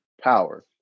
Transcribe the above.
power